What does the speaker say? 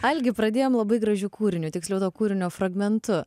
algi pradėjom labai gražiu kūriniu tiksliau to kūrinio fragmentu